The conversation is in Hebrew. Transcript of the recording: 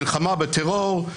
מלחמה בטרור,